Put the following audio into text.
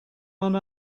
one